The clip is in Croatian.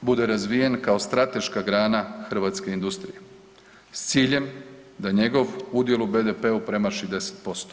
bude razvijen kao strateška grana hrvatske industrije s ciljem da njegov udjel u BDP-u premaši 10%